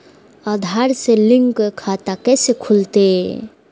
आधार से लिंक खाता कैसे खुलते?